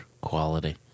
quality